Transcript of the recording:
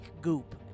goop